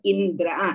Indra